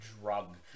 drug